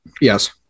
Yes